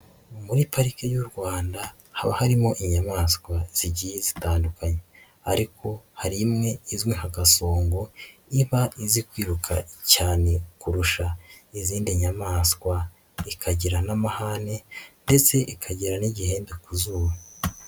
Muri pariki y'u Rwanda haba harimo inyamaswa zigiye zitandukanye ariko hari imwe izwi nka Kasongo, iba izi kwiruka cyane kurusha izindi nyamaswa, ikagira n'amahane ndetse ikagira n'igihembe ku zuru.